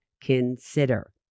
consider